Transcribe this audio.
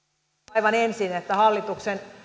aivan ensin että hallituksen